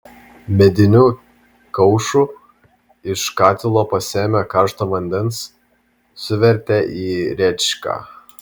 mediniu kaušu iš katilo pasėmė karšto vandens suvertė į rėčką